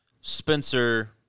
Spencer